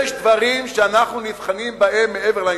יש דברים שאנחנו נבחנים בהם מעבר לאינטרסים.